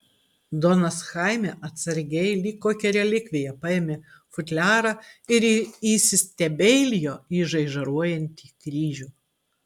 donas chaime atsargiai lyg kokią relikviją paėmė futliarą ir įsistebeilijo į žaižaruojantį kryžių